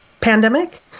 pandemic